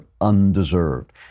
undeserved